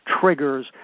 triggers